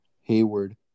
Hayward